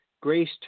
grace